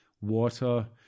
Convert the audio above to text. water